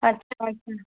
अच्छा अच्छा